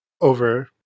over